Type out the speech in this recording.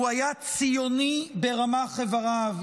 הוא היה ציוני ברמ"ח אבריו,